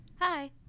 Hi